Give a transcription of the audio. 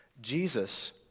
Jesus